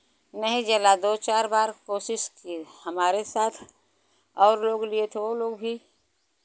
नहीं जला दो चार बार कोशिश किए हमारे साथ और लोग लिए थे ओ लोग भी